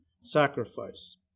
sacrifice